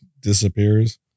disappears